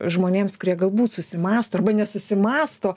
žmonėms kurie galbūt susimąsto arba nesusimąsto